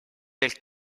del